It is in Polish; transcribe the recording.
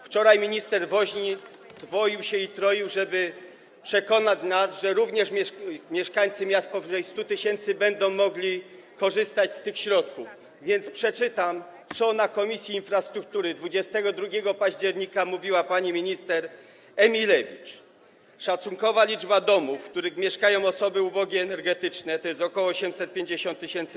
Wczoraj minister dwoił się i troił, żeby przekonać nas, że również mieszkańcy miast powyżej 100 tys. będą mogli korzystać z tych środków, więc przeczytam, co na posiedzeniu Komisji Infrastruktury 22 października mówiła pani minister Emilewicz: Szacunkowa liczba domów, w których mieszkają osoby ubogie energetycznie, to jest ok. 850 tys.